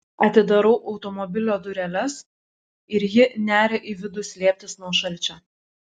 atidarau automobilio dureles ir ji neria į vidų slėptis nuo šalčio